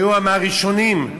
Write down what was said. שהיו מהראשונים,